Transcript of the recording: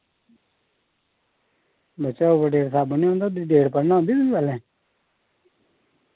बच्चा ओवरडेट साबन नी होंदा उ'दी डेट पढ़ने औंदी तुगी पैह्लै